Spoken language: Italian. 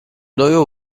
dovevo